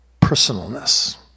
personalness